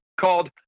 called